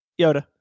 Yoda